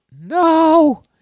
No